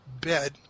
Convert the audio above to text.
bed